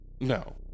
No